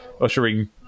ushering